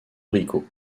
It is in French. rico